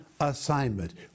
assignment